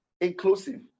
inclusive